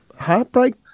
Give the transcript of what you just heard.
heartbreak